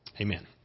Amen